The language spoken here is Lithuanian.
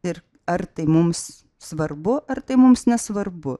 ir ar tai mums svarbu ar tai mums nesvarbu